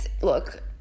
look